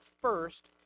first